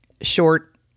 short